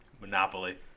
Monopoly